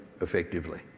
effectively